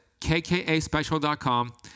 kkaspecial.com